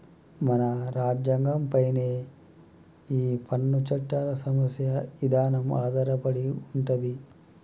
మన రాజ్యంగం పైనే ఈ పన్ను చట్టాల సమస్య ఇదానం ఆధారపడి ఉంటది